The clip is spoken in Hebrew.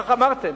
כך אמרתם.